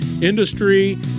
Industry